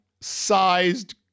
sized